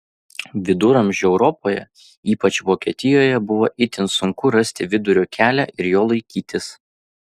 viduramžių europoje ypač vokietijoje buvo itin sunku rasti vidurio kelią ir jo laikytis